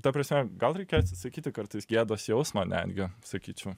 ta prasme gal reikia atsisakyti kartais gėdos jausmo netgi sakyčiau